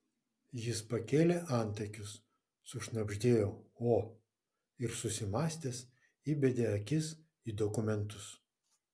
jis pakėlė antakius sušnabždėjo o ir susimąstęs įbedė akis į dokumentus